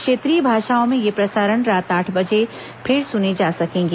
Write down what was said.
क्षेत्रीय भाषाओं में ये प्रसारण रात आठ बजे फिर सुने जा सकेंगे